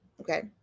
okay